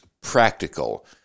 practical